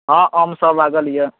हँ आम सब लागल यऽ